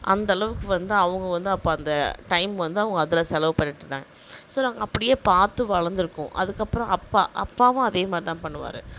அந்தளவுக்கு வந்து அவங்க வந்து அப்போ அந்த டைம் வந்து அவங்க அதில் செலவு பண்ணிட்டிருந்தாங்க ஸோ நாங்கள் அப்படியே பார்த்து வளந்திருக்கோம் அதுக்கப்புறோம் அப்பா அப்பாவும் அதே மாதிரிதான் பண்ணுவாரு